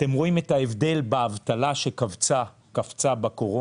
אתם רואים את ההבדל באבטלה שקפצה בקורונה.